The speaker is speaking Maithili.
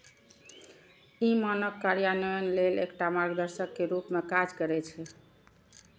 ई मानक कार्यान्वयन लेल एकटा मार्गदर्शक के रूप मे काज करै छै